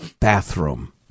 bathroom